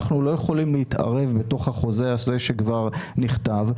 אנחנו לא יכולים להתערב בתוך החוזה הזה שכבר נכתב,